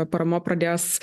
parama pradės